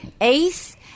ace